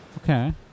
Okay